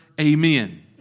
Amen